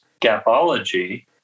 Gapology